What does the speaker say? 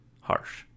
Harsh